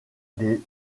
des